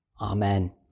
Amen